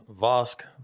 Vosk